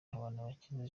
habanabakize